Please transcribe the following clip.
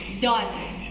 Done